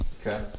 Okay